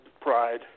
pride